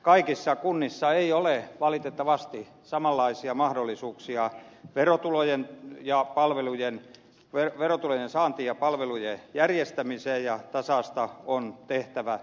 kaikissa kunnissa ei ole valitettavasti samanlaisia mahdollisuuksia verotulojen saantiin ja palvelujen järjestämiseen ja tasausta on tehtävä